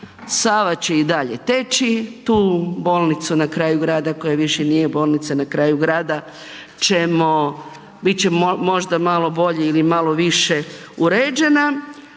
Sava će i dalje teći, tu bolnicu na kraju grada koja više nije bolnica na kraju grada ćemo, biti će možda malo bolje ili malo više uređena,